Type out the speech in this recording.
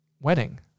wedding